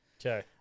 Okay